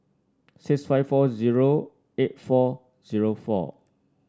six five four zero eight four zero four